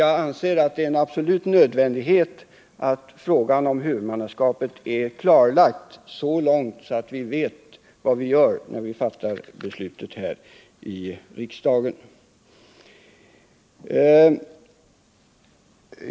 Jag anser att det är absolut nödvändigt att frågan om huvudmannaskapet är klarlagd så långt att vi vet vad vi gör när vi fattar beslutet i riksdagen.